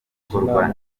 gukorwa